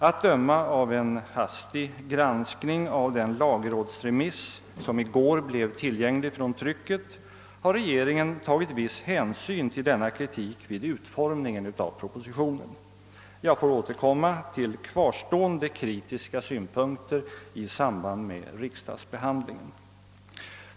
Att döma av en hastig granskning av den lagrådsremiss som i sår blev tillgänglig från trycket har regeringen tagit viss hänsyn till denna kritik vid utformningen av propositionen. Jag får återkomma till kvarstående kritiska synpunkter i samband med riksdagsbehandlingen.